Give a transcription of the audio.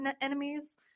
enemies